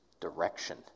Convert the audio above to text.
direction